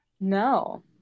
No